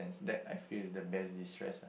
that I feel is the best destress